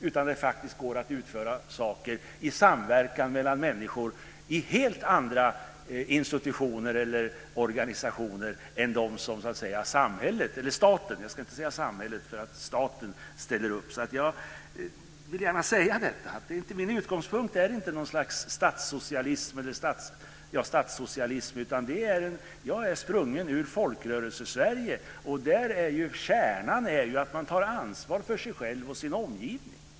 Det går faktiskt att utföra saker i samverkan mellan människor i helt andra institutioner eller organisationer än de som staten ställer upp. Jag vill gärna säga detta. Min utgångspunkt är inte något slags statssocialism, utan jag är sprungen ur Folkrörelsesverige. Där är ju kärnan att man tar ansvar för sig själv och sin omgivning.